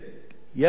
אובדן,